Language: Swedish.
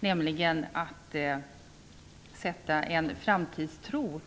Vi har nämligen att få en framtidstro